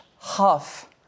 half